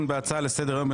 לסדר-היום,